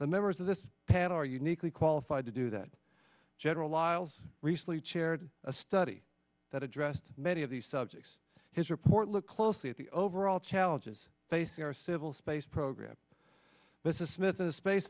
the members of the pat are uniquely qualified to do that general wiles recently chaired a study that addressed many of these subjects his report look closely at the overall challenges facing our civil space program this is smith the space